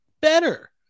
better